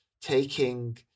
taking